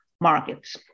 Markets